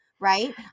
right